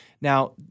Now